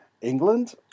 England